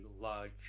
large